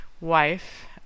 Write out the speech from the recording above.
wife